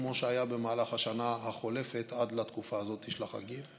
כמו שהיה במהלך השנה החולפת עד לתקופה הזאת של החגים.